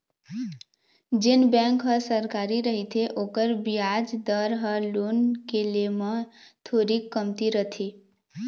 जेन बेंक ह सरकारी रहिथे ओखर बियाज दर ह लोन के ले म थोरीक कमती रथे